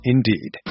Indeed